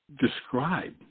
describe